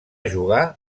jugar